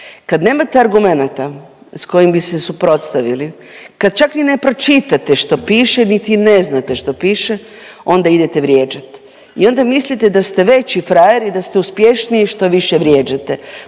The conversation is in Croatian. kad nemate argumenata s kojim bi se suprotstavili, kad čak ni ne pročitate što piše niti ne znate što piše onda idete vrijeđat. I onda mislite da ste veći frajer i da ste uspješniji što više vrijeđate.